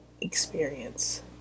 experience